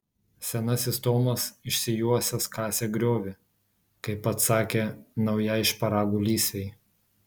senasis tomas išsijuosęs kasė griovį kaip pats sakė naujai šparagų lysvei